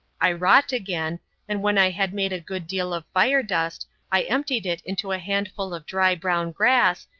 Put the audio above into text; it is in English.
i wrought again and when i had made a good deal of fire-dust i emptied it into a handful of dry brown grass,